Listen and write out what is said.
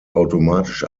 automatisch